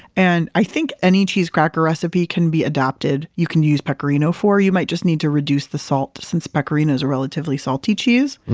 and i think any cheese cracker recipe can be adapted, you can use pecorino for, you might just need to reduce the salt since pecorino is a relatively salty cheese.